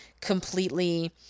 completely